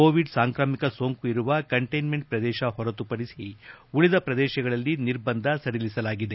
Covid ಸಾಂಕ್ರಾಮಿಕ ಸೋಂಕು ಇರುವ ಕಂಟೇನ್ಮಂಟ್ ಪ್ರದೇಶ ಹೊರತುಪಡಿಸಿ ಉಳಿದ ಪ್ರದೇಶಗಳಲ್ಲಿ ನಿರ್ಬಂಧ ಸಡಿಲಿಸಲಾಗಿದೆ